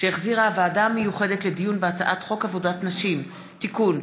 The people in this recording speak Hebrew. שהחזירה הוועדה המיוחדת לדיון בהצעת חוק עבודת נשים (תיקון,